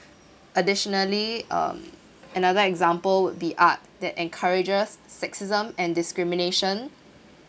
additionally uh another example would be art that encourages sexism and discrimination